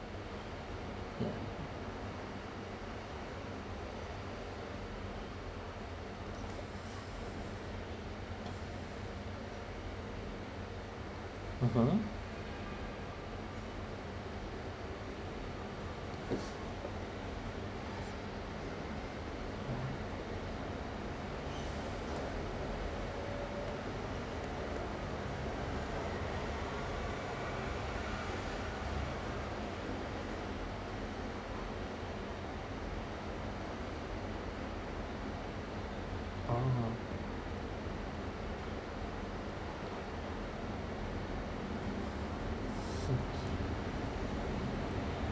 mmhmm oh